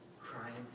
crying